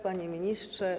Panie Ministrze!